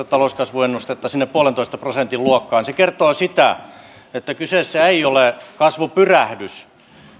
talouskasvuennustettaan sinne yhden pilkku viiden prosentin luokkaan se kertoo sitä että kyseessä ei ole kasvupyrähdys